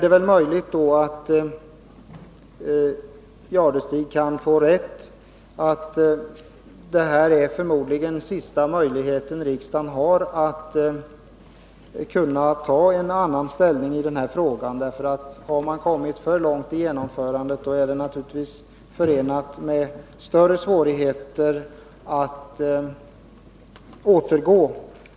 Det är möjligt att Thure Jadestig kan få rätt i att det här förmodligen är den sista möjlighet riksdagen har att ta annan ställning i den här frågan. Har man kommit för långt i genomförandet, är det naturligtvis förenat med större svårigheter att återgå.